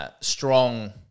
strong